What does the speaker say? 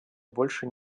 больше